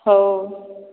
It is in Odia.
ହଉ